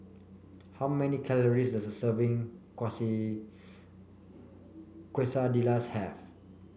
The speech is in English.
how many calories does serving Quesadillas have